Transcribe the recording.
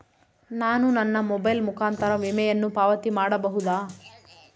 ನಾನು ನನ್ನ ಮೊಬೈಲ್ ಮುಖಾಂತರ ವಿಮೆಯನ್ನು ಪಾವತಿ ಮಾಡಬಹುದಾ?